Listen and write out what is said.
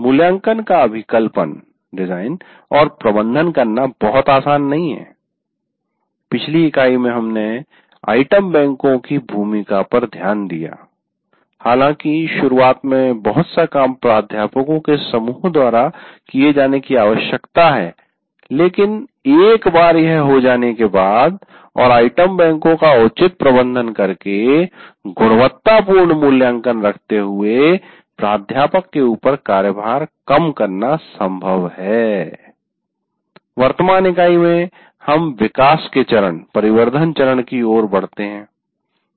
मूल्याङ्कन का अभिकल्पन डिजाईन और प्रबंधन करना बहुत आसान नहीं है पिछली इकाई में हमने आइटम बैंकों की भूमिका पर ध्यान दिया हालाँकि शुरुआत में बहुत सा काम प्राध्यापको के समूहों द्वारा किए जाने की आवश्यकता है लेकिन एक बार यह हो जाने के बाद और आइटम बैंको का उचित प्रबंधन करके गुणवत्तापूर्ण मूल्याङ्कन रखते हुए प्राध्यापक के उपर कार्यभार कम करना सम्भव है वर्तमान इकाई में हम विकास के चरण परिवर्धन चरण की ओर बढ़ते हैं